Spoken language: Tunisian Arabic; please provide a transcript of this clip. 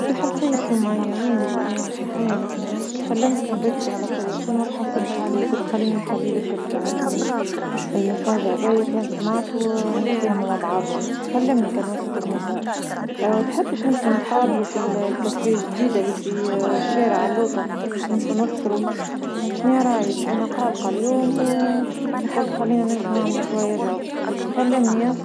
صباح الخير سمية وينك اليوم؟ شنو حوالك؟ كلمتك بكري على التليفون ما تحصلتش عليه قلت خليني نخليلك الميساج هذايا كان سمعتو نتفاهمو مع بعضنا، كلمني كان وصلك الميساج، تحب باش نمشيو نتقابلو في الكفي الجديدة اللي في الشارع اللوطة نمشو نفطرو؟ شنيا رايك؟ انا قالقة اليوم وقلت خلينا نمشيو نعملو شوية جو، كلمني اه.